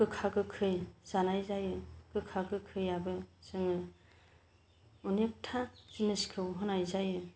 गोखा गोखै जानाय जायो गोखा गोखैआबो जोङो अनेकथा जिनिसखौ होनाय जायो